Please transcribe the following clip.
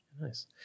Nice